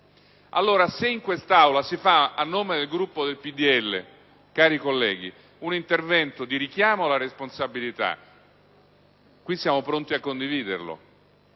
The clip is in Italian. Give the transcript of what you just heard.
Allora, se in quest'Aula, a nome del Gruppo del PDL, si fa, cari colleghi, un intervento di richiamo alla responsabilità, siamo pronti a condividerlo.